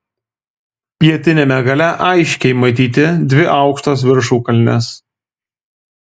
pietiniame gale aiškiai matyti dvi aukštos viršukalnės